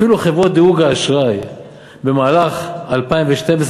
אפילו חברות דירוג האשראי במהלך 2012,